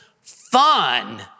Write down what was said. fun